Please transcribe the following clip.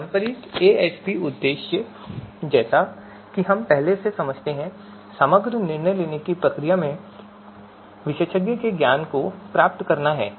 पारंपरिक एएचपी का उद्देश्य जैसा कि हम पहले से ही समझते हैं समग्र निर्णय लेने की प्रक्रिया में विशेषज्ञ के ज्ञान को प्राप्त करना है